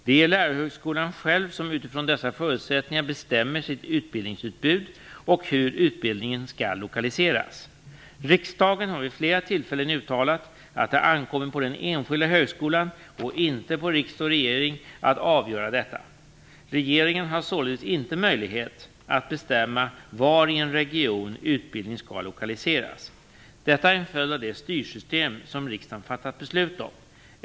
Det är lärarhögskolan själv som utifrån dessa förutsättningar bestämmer sitt utbildningsutbud och hur utbildningen skall lokaliseras. Riksdagen har vid flera tillfällen uttalat att det ankommer på den enskilda högskolan och inte på riksdag och regering att avgöra detta. Regeringen har således inte möjlighet att bestämma var i en region utbildning skall lokaliseras. Detta är en följd av det styrsystem som riksdagen fattat beslut om.